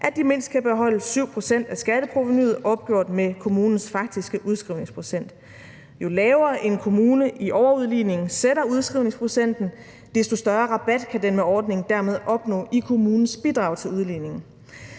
at de mindst kan beholde 7 pct. af skatteprovenuet opgjort med kommunens faktiske udskrivningsprocent. Jo lavere en kommune i overudligningen sætter udskrivningsprocenten, desto større rabat kan den med ordningen dermed opnå i kommunens bidrag til udligningen.